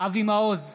אבי מעוז,